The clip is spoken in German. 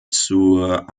zur